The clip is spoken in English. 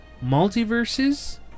Multiverses